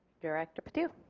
director patu